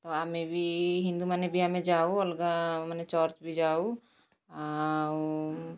ତ ଆମେ ବି ହିନ୍ଦୁମାନେ ବି ଆମେ ଯାଉ ଅଲଗା ମାନେ ଚର୍ଚ୍ଚ ବି ଯାଉ ଆଉ